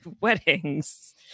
weddings